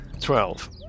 Twelve